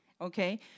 okay